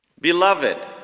Beloved